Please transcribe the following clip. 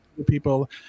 People